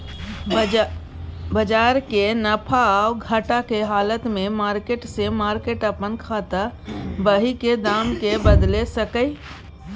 बजारक नफा आ घटा के हालत में मार्केट से मार्केट अपन खाता बही के दाम के बदलि सकैए